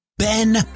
Ben